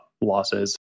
losses